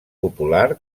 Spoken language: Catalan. popular